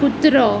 कुत्रो